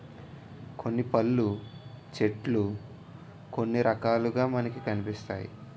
కొన్ని పళ్ళు చెట్లు కొన్ని రకాలుగా మనకి కనిపిస్తాయి